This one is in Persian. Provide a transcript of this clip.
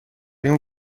این